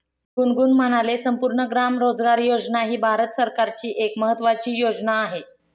गुनगुन म्हणाले, संपूर्ण ग्राम रोजगार योजना ही भारत सरकारची एक महत्त्वाची योजना आहे